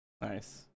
Nice